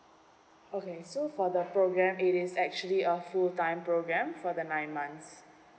okay so for the program it is actually a full time program for the nine months